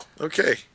Okay